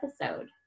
episode